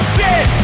dead